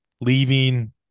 leaving